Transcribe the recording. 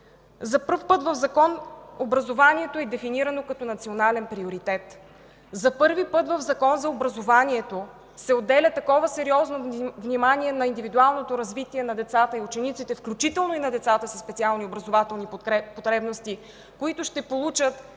За пръв път в закон образованието е дефинирано като национален приоритет. За първи път в закон за образованието се отделя такова сериозно внимание на индивидуалното развитие на децата и учениците, включително и на децата със специални образователни потребности, които ще получат